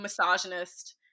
misogynist